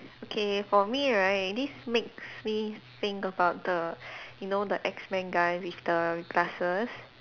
okay for me right this makes me think about the you know the X men guy with the glasses